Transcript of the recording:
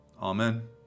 Amen